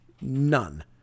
None